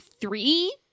three